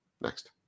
Next